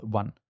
one